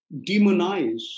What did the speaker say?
demonize